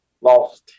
lost